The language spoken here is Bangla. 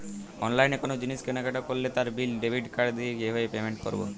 অনলাইনে কোনো জিনিস কেনাকাটা করলে তার বিল ডেবিট কার্ড দিয়ে কিভাবে পেমেন্ট করবো?